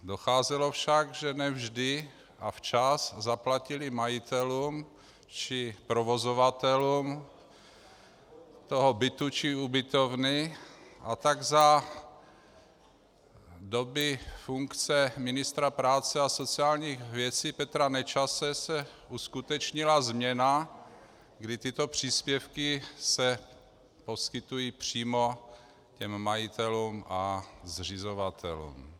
Docházelo však k tomu, že ne vždy a včas zaplatili majitelům či provozovatelům bytu či ubytovny, a tak za doby funkce ministra práce a sociálních věcí Petra Nečase se uskutečnila změna a tyto příspěvky se poskytují přímo majitelům a zřizovatelům.